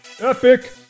Epic